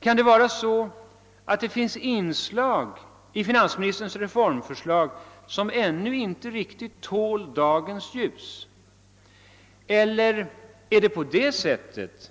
Kan det vara så att det finns inslag i finansministerns reformförslag som ännu inte riktigt tål dagens ljus eller är det kanske på det sättet